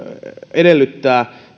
edellyttää